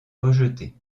rejetée